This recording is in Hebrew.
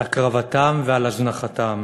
על הקרבתם ועל הזנחתם?